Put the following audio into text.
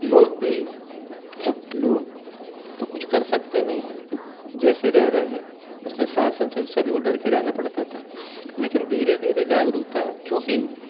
लोग भी अब लोग तो कुछ कर सकते नहीं हैं जैसे रह रहे हैं उसमें शासन से तो सभी को डर के रहना पड़ता था लेकिन धीरे धीरे जागरूकता क्योंकि